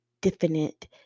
definite